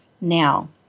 Now